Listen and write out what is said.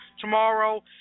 tomorrow